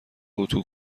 اتو